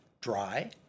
dry